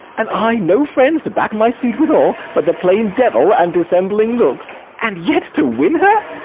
and i no friends to back my suit withal, but the plain devil and dissembling looks, and yet to win her